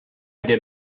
did